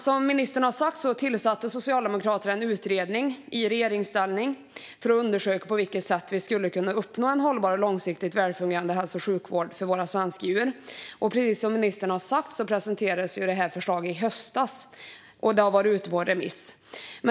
Som ministern har sagt tillsatte Socialdemokraterna i regeringsställning en utredning för att undersöka på vilket sätt vi skulle kunna uppnå en hållbar och långsiktigt välfungerande hälso och sjukvård för våra svenska djur. Och som ministern också har sagt presenterades detta förslag i höstas och har varit ute på remiss.